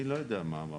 אני לא יודע מה אמרת.